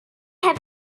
heb